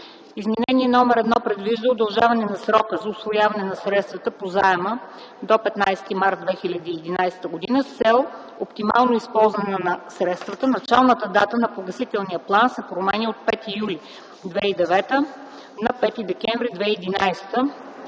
Изменение № 1 предвижда удължаване на срока за усвояване на средствата по заема до 15 март 2011 г. С цел оптимално използване на средствата началната дата на погасителния план се променя от 5 юни 2009 г. на 5 декември 2011 г.